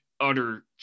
utter